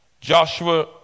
Joshua